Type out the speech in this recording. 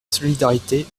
solidarité